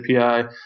API